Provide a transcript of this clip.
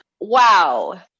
wow